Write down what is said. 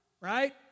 right